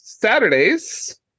Saturdays